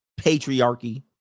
patriarchy